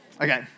Okay